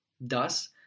Thus